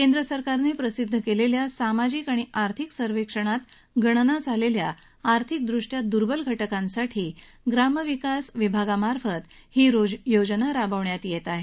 केंद्रसरकारने प्रसिद्ध केलेल्या सामाजिक आणि आर्थिक सर्वेक्षणात गणना झालेल्या आर्थिकदृष्ट्या दुर्बल घटकांसाठी ग्रामविकास विभाग ही योजना राबवत आहे